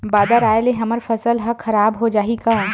बादर आय ले हमर फसल ह खराब हो जाहि का?